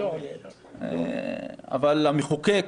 אבל המחוקק